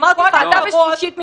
אמרתי לך, אתה בשלישית מבחינתי.